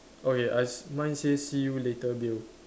okay I s~ mine says see you later Bill